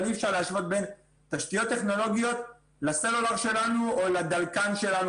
אבל אי-אפשר להשוות בין תשתיות טכנולוגיות וסלולר שלנו או לדלקן שלנו,